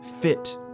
fit